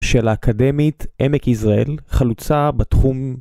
‫של האקדמית עמק יזרעאל, ‫חלוצה בתחום...